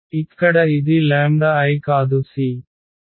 ఇక్కడ ఇది i కాదు c